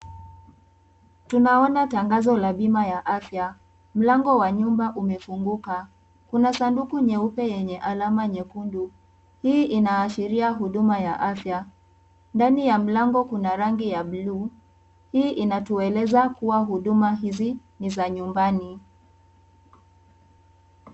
Tunaona tangazo la bima ya afya. Mlango wa nyumba umefunguka, kuna sanduku nyeupe yenye alama nyekundu. Hii inaashiria Huduma ya afya. Ndani ya mlango kuna rangi ya bluu, hii inatueleza kuwa Huduma hizi ni za nyumbani.